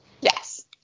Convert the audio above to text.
Yes